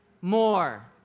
more